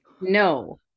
No